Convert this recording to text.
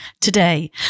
Today